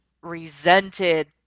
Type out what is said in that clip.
resented